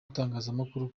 itangazamakuru